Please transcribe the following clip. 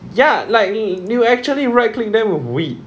ya like you you actually right click and it will breed